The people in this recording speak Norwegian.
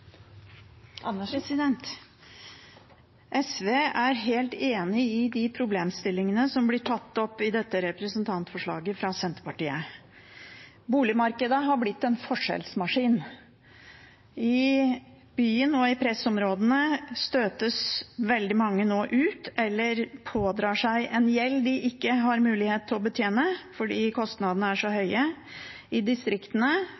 til. SV er helt enig i de problemstillingene som blir tatt opp i dette representantforslaget fra Senterpartiet. Boligmarkedet har blitt en forskjellsmaskin. I byene og presseområdene støtes veldig mange nå ut eller pådrar seg en gjeld de ikke har mulighet til å betjene, fordi kostnadene er så